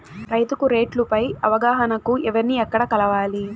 రైతుకు రేట్లు పై అవగాహనకు ఎవర్ని ఎక్కడ కలవాలి?